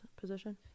position